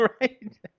right